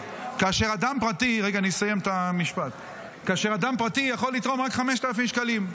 כאשר אדם פרטי יכול תרום רק 5,000 שקלים.